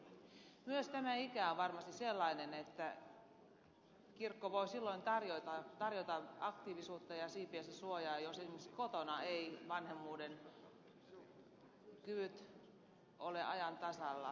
myös tämä ikä on varmasti sellainen että kirkko voi silloin tarjota aktiivisuutta ja siipiensä suojaa jos esimerkiksi kotona eivät vanhemmuuden kyvyt ole ajan tasalla